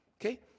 Okay